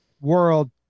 world